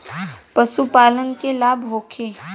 पशु पालन से लाभ होखे?